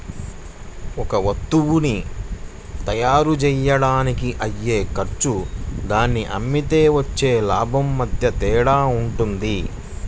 ఒక వత్తువుని తయ్యారుజెయ్యడానికి అయ్యే ఖర్చు దాన్ని అమ్మితే వచ్చే లాభం మధ్య తేడా వుంటది